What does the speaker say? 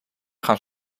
gaan